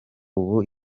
ubu